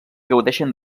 gaudeixen